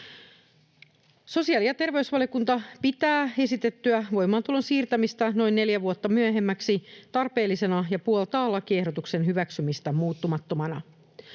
Sosiaali- ja terveysvaliokunta pitää esitettyä voimaantulon siirtämistä noin neljä vuotta myöhemmäksi tarpeellisena ja puoltaa lakiehdotuksen hyväksymistä muuttumattomana.